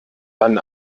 dann